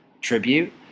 tribute